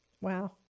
Wow